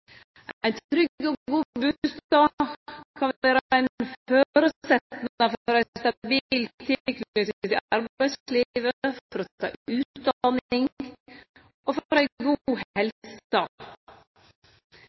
Ein trygg og god bustad kan vere ein føresetnad for ei stabil tilknyting til arbeidslivet, for å ta utdanning og for ei god